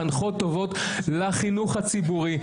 מחנכות טובות לחינוך הציבורי.